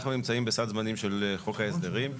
אנחנו נמצאים בסד זמנים של חוק ההסדרים.